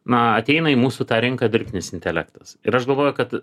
na ateina į mūsų tą rinką dirbtinis intelektas ir aš galvoju kad